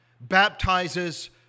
baptizes